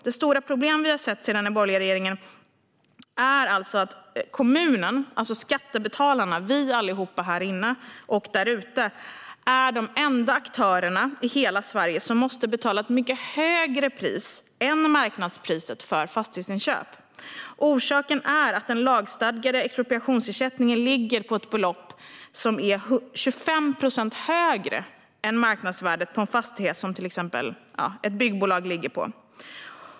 Det stora problem vi har sett sedan den borgerliga regeringens tid är att kommunerna, det vill säga skattebetalarna - vi allihop här inne och där ute - är de enda aktörer i hela Sverige som måste betala ett mycket högre pris än marknadspriset för fastighetsinköp. Orsaken är att den lagstadgade expropriationsersättningen ligger på ett belopp som är 25 procent högre än marknadsvärdet för en fastighet som till exempel ett byggbolag äger.